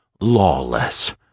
Lawless